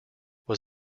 was